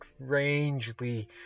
strangely